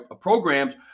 programs